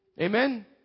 Amen